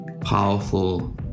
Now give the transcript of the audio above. powerful